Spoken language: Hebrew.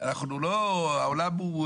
אני לא רואה סיבה, א',